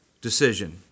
decision